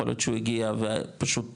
יכול להיות שהוא הגיע ופשוט טכנית,